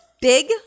big